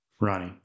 Ronnie